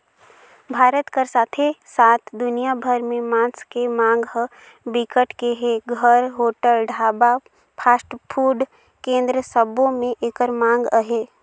भारत कर साथे साथ दुनिया भर में मांस के मांग ह बिकट के हे, घर, होटल, ढाबा, फास्टफूड केन्द्र सबो में एकर मांग अहे